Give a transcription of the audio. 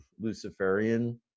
luciferian